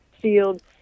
field